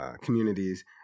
Communities